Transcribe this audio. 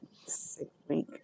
six-week